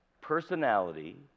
personality